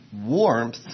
warmth